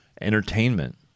entertainment